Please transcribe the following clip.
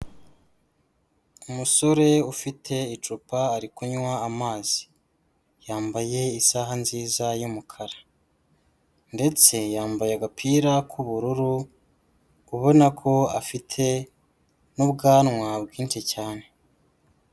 Umusore ufite icupa ari kunywa amazi, yambaye isaha nziza y'umukara ndetse yambaye agapira k'ubururu ubona ko afite n'ubwanwa bwinshi cyane.